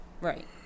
Right